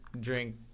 drink